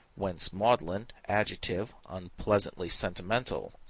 whence maudlin, adjective, unpleasantly sentimental.